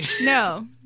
No